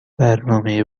برنامه